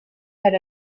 had